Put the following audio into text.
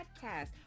Podcast